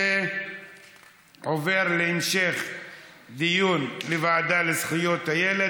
זה עובר להמשך דיון בוועדה לזכויות הילד,